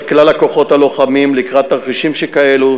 כלל הכוחות הלוחמים לקראת תרחישים שכאלה,